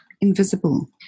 invisible